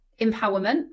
empowerment